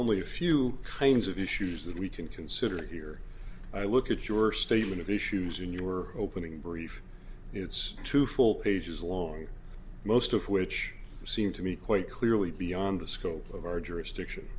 only a few kinds of issues that we can consider here i look at your statement of issues in your opening brief it's two full pages long most of which seem to me quite clearly beyond the scope of our jurisdiction